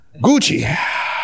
Gucci